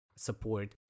support